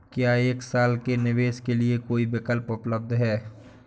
क्या एक साल के निवेश के लिए कोई विकल्प उपलब्ध है?